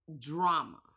drama